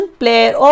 player